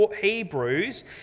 Hebrews